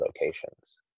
locations